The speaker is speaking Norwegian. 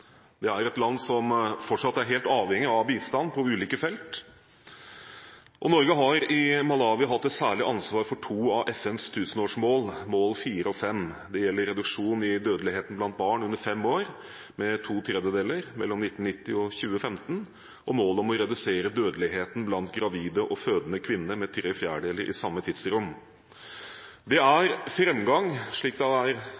bistand på ulike felt. Norge har i Malawi hatt et særlig ansvar for to av FNs tusenårsmål – mål nr. 4 og 5. Det gjelder reduksjon i dødeligheten blant barn under fem år med to tredjedeler mellom 1990 og 2015, og målet om å redusere dødeligheten blant gravide og fødende kvinner med tre fjerdedeler i samme tidsrom. Det er framgang på disse områdene, slik det er